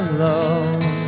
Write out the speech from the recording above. love